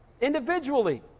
individually